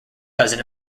cousin